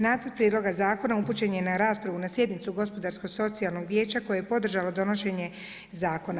Nacrt prijedloga zakona upućen je na raspravu na sjednicu Gospodarsko-socijalnog vijeća koje je podržalo donošenje zakona.